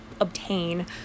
obtain